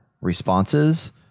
responses